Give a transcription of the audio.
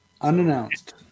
Unannounced